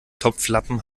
topflappen